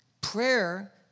Prayer